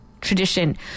tradition